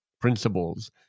principles